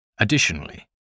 Additionally